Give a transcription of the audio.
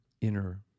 inner